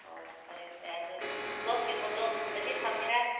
ꯑꯣ ꯐꯔꯦ ꯐꯔꯦ ꯑꯗꯨ ꯏꯁꯀ꯭ꯋꯥꯁꯀꯤ ꯃꯇꯣꯟꯒꯨꯝꯕꯗꯤ ꯐꯪꯒꯦꯔꯥ